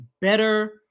better